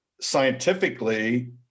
scientifically